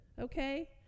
Okay